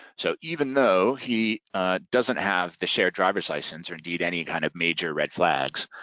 so even though he doesn't have the shared driver's license or indeed any kind of major red flags,